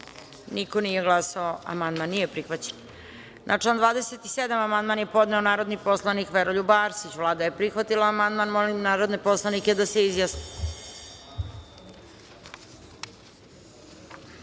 niko nije glasao. Amandman nije prihvaćen. Na član 27. amandman je podneo narodni poslanik Veroljub Arsić. Vlada je prihvatila amandman. Molim narodne poslanike da se